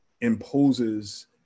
imposes